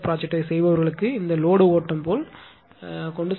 Tech திட்டத்தைச் செய்பவர்களுக்கு இந்த லோடுஓட்டம் போல் செய்கிறார்கள்